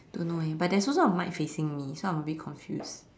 don't know eh but there's also a mic facing me so I'm a bit confused